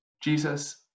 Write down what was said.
Jesus